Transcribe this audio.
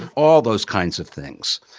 and all those kinds of things.